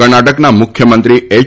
કર્ણાટકના મુખ્યમંત્રી એચ